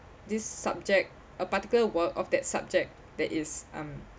this subject a particular work of that subject that is um